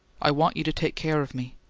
i want you to take care of me.